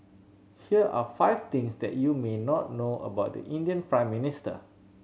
here are five things that you may not know about the Indian Prime Minister